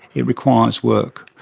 it requires work.